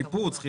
שיפוץ.